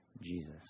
Jesus